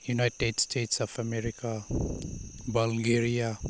United States of America Bulgaria